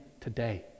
today